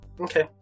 Okay